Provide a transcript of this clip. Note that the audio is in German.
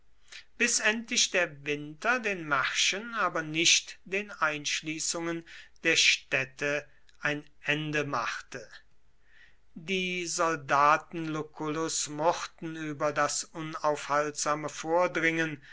bis endlich der winter den märschen aber nicht den einschließungen der städte ein ende machte die soldaten luculls murrten über das unaufhaltsame vordringen